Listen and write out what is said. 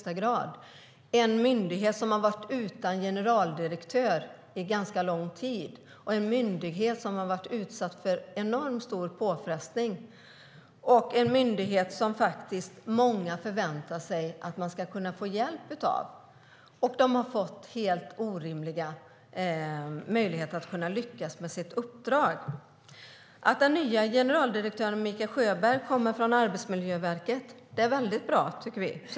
Det är en myndighet som har varit utan generaldirektör under ganska lång tid, som har varit utsatt för enormt stor påfrestning, som många förväntar sig att kunna få hjälp av och som har fått helt orimliga förutsättningar att kunna lyckas med sitt uppdrag. Att den nya generaldirektören Mikael Sjöberg kommer från Arbetsmiljöverket är väldigt bra, tycker vi.